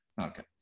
Okay